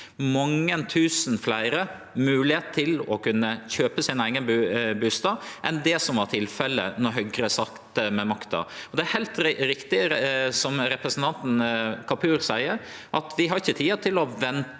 mange tusen fleire moglegheit til å kunne kjøpe sin eigen bustad enn det som var tilfellet då Høgre sat med makta. Det er heilt riktig som representanten Kapur seier, at vi ikkje har tida til å vente